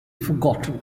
forgotten